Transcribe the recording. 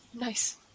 nice